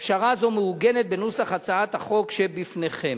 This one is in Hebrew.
פשרה זו מעוגנת בנוסח הצעת החוק שבפניכם.